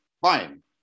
Fine